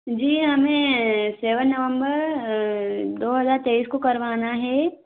जी हमें सेवेन नवंबर दो हज़ार तेईस को करवाना है